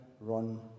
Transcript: run